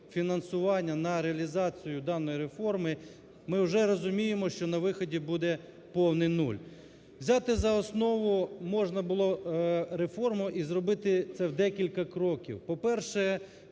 фінансування на реалізацію даної реформи, ми вже розуміємо, що на виході буде повний нуль. Взяти за основу можна було реформу і зробити це в декілька кроків. По-перше,